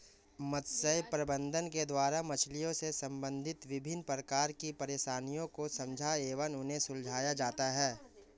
मत्स्य प्रबंधन के द्वारा मछलियों से संबंधित विभिन्न प्रकार की परेशानियों को समझा एवं उन्हें सुलझाया जाता है